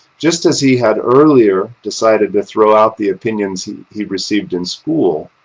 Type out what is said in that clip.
just as he had earlier decided to throw out the opinions he received in school,